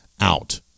out